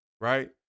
right